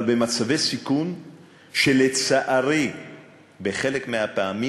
אבל במצבי סיכון שלצערי בחלק מהפעמים